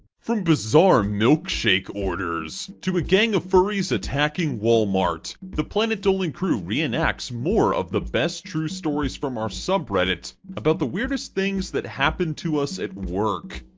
from bizarre milkshake orders to a gang of furries attacking walmart, the planet dolan crew re-enact more of the best true stories from our subreddit about the weirdest things that happened to us at work.